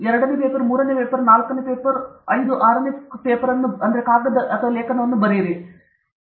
ನಾನು ನಾಲ್ಕನೇ ಪೇಪರ್ ಐದನೇ ಕಾಗದ ಆರನೇ ಕಾಗದವನ್ನು ಬರೆಯುತ್ತೇನೆ ಆಗ ವಿಮರ್ಶಕನು ಈ ಕುರಿತು ಯಾವುದೇ ಕಾಗದವನ್ನು ಬಯಸುವುದಿಲ್ಲ ಎಂದು ಹೇಳುತ್ತಾನೆ